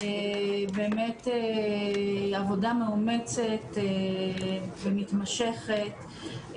באמת עבודה מאומצת ומתמשכת,